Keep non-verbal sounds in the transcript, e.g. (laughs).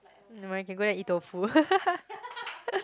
nevermind you can go there eat tofu (laughs)